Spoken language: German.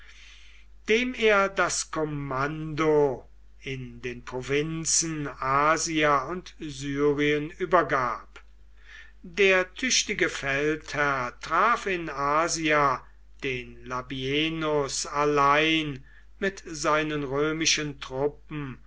dem er das kommando in den provinzen asia und syrien übergab der tüchtige feldherr traf in asia den labienus allein mit seinen römischen truppen